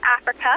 Africa